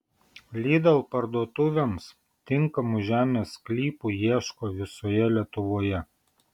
lidl parduotuvėms tinkamų žemės sklypų ieško visoje lietuvoje